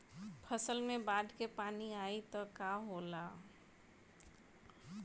फसल मे बाढ़ के पानी आई त का होला?